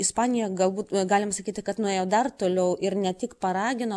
ispanija galbūt galim sakyti kad nuėjo dar toliau ir ne tik paragino